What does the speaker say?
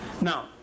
Now